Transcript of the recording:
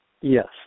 Yes